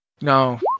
No